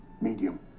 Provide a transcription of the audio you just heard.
medium